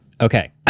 Okay